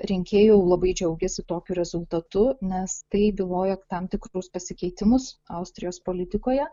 rinkėjų labai džiaugiasi tokiu rezultatu nes tai byloja tam tikrus pasikeitimus austrijos politikoje